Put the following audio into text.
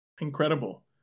incredible